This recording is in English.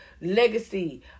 legacy